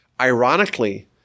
Ironically